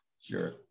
Sure